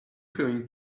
going